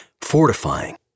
fortifying